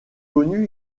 connue